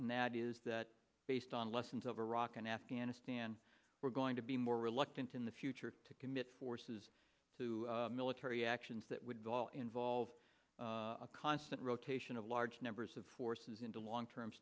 and that is that based on lessons of iraq and afghanistan we're going to be more reluctant in the future to commit forces to military actions that would go all involve a constant rotation of large numbers of forces into long term